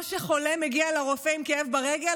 חולה שמגיע לרופא עם כאב ברגל,